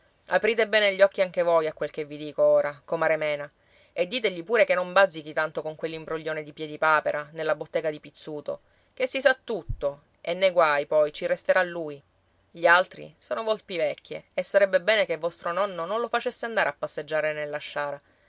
aprite bene gli occhi anche voi a quel che vi dico ora comare mena e ditegli pure che non bazzichi tanto con quell'imbroglione di piedipapera nella bottega di pizzuto che si sa tutto e nei guai poi ci resterà lui gli altri sono volpi vecchie e sarebbe bene che vostro nonno non lo facesse andare a passeggiare nella sciara